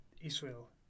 Israel